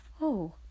Oh